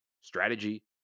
strategy